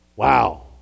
Wow